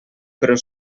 però